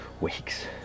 weeks